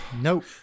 Nope